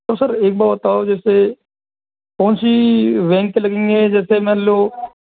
तो सर एक बात बताओ जैसे कौन सी बैंक लगेंगे जैसे मान लो